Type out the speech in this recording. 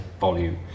volume